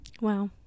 wow